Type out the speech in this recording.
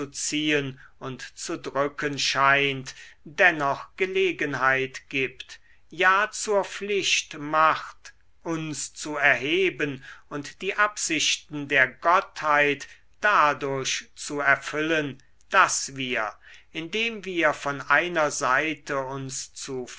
und zu drücken scheint dennoch gelegenheit gibt ja zur pflicht macht uns zu erheben und die absichten der gottheit dadurch zu erfüllen daß wir indem wir von einer seite uns zu